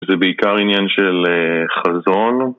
זה בעיקר עניין של חזון